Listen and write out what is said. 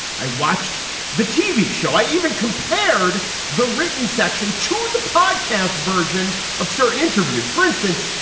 i watched the tv show. i even compared the written section to the podcast version of certain interviews, for instance,